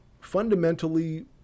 fundamentally